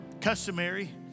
customary